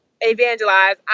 evangelize